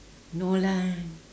no lah